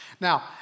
Now